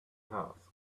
house